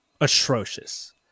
Atrocious